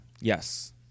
Yes